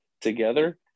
together